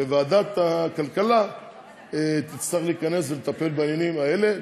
ועדת הכלכלה תצטרך להיכנס ולטפל בעניינים האלה.